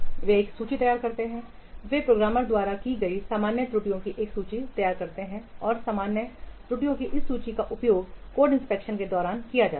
वे एक सूची तैयार करते हैं वे प्रोग्रामर द्वारा की गई सामान्य त्रुटियों की एक सूची तैयार करते हैं और सामान्य त्रुटियों की इस सूची का उपयोग कोड इंफेक्शन के दौरान किया जा सकता है